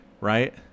Right